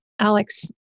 Alex